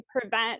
prevent